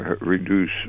reduce